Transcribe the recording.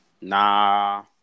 Nah